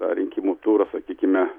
tą rinkimų turą sakykime